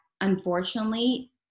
Unfortunately